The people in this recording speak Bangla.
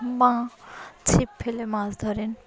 মা ছিপ ফেলে মাছ ধরেন